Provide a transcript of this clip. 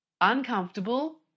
Uncomfortable